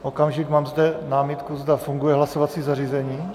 Okamžik, mám zde námitku, zda funguje hlasovací zařízení.